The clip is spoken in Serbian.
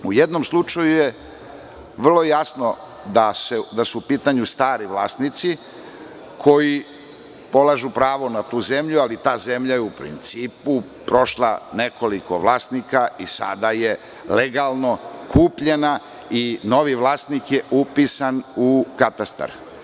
U jednom slučaju je vrlo jasno da su u pitanju stari vlasnici koji polažu pravo na tu zemlju, ali ta zemlja je u principu prošla nekoliko vlasnika i sada je legalno kupljena i novi vlasnik je upisan u katastar.